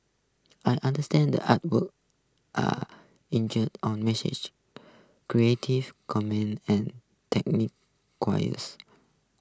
I understand that artworks are injueried on message creative and technique